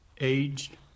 aged